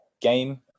game